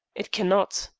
it cannot.